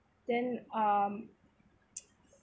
then um